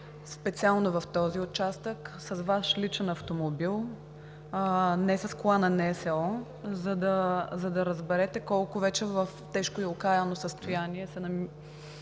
специално в този участък, с Ваш личен автомобил, не с кола на НСО, за да разберете в колко тежко и окаяно състояние е този